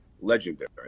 legendary